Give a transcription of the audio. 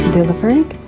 Delivered